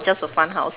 just a fun house